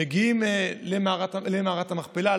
מגיעים למערת המכפלה,